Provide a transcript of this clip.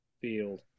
Field